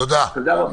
תודה רבה.